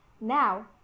now